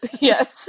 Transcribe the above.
Yes